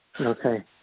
Okay